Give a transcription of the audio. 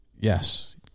Yes